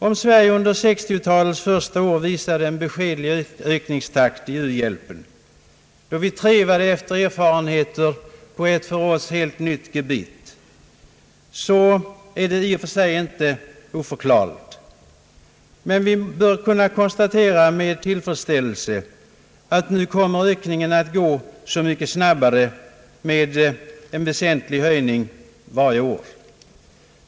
Om Sverige under 1960-talets första år visade upp en beskedlig utvecklingstakt i fråga om u-hjälpen, då vi trevade efter erfarenheter på ett för oss helt nytt gebit, är det inte i och för sig oförklarligt. Vi bör dock med tillfredsställelse kunna konstatera att ökningen nu kommer att gå så mycket snabbare med en väsentlig höjning varje år.